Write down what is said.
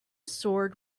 sword